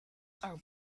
are